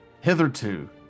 hitherto